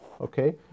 Okay